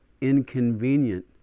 inconvenient